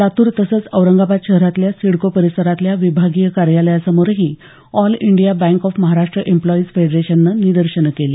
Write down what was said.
लातूर तसंच औरंगाबाद शहरातल्या सिडको परीसरातल्या विभागीय कार्यालयासमोरही all India bank of Maharashtra employees फेडरेशननं निदर्शनं केली